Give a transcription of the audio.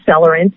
accelerant